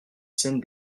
scène